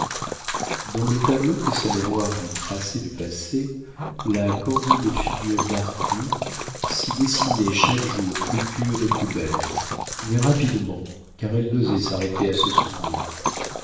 dans le tableau que sa mémoire lui traçait du passé la candide figure d'arthur s'y dessinait chaque jour plus pure et plus belle mais rapidement car elle n'osait s'arrêter à ce souvenir